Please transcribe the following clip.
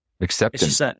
acceptance